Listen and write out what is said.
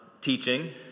teaching